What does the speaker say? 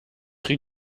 rue